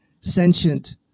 sentient